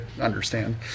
understand